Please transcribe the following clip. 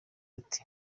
ati